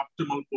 optimal